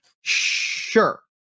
Sure